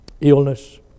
Illness